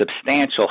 substantial